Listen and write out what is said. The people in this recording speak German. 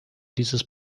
dieses